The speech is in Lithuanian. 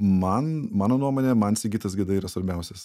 man mano nuomone man sigitas geda yra svarbiausias